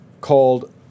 called